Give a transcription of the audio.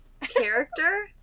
character